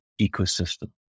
ecosystem